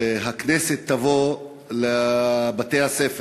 שהכנסת תבוא לבתי-הספר.